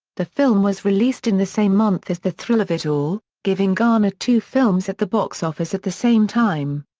the film was released in the same month as the thrill of it all, giving garner two films at the box office at the same time.